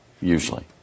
usually